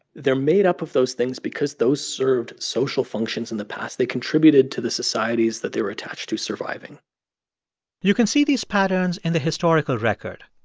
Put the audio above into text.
they're made up of those things because those served social functions in the past. they contributed to the societies that they were attached to surviving you can see these patterns in the historical record.